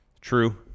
True